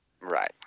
Right